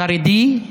חרדי,